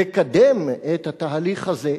לקדם את התהליך הזה,